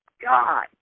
God